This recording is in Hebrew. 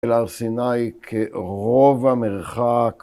‫אל הר סיני כרוב המרחק.